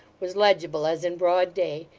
was legible as in broad day,